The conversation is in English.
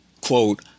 quote